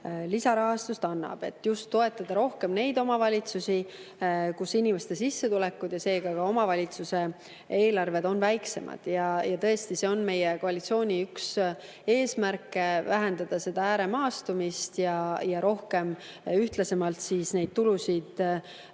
lisarahastust annab, et just toetada rohkem neid omavalitsusi, kus inimeste sissetulekud ja seega ka omavalitsuse eelarved on väiksemad. Tõesti, see on meie koalitsiooni üks eesmärke: vähendada ääremaastumist ja rohkem ühtlasemalt neid tulusid